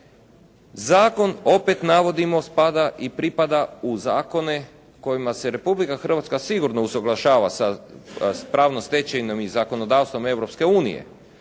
Zakon, opet navodimo, spada i pripada u zakone kojima se Republika Hrvatska sigurno usuglašava sa pravnom stečevinom i zakonodavstvom Europske unije.